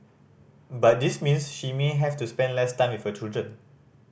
but this means she may have to spend less time with her children